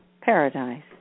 paradise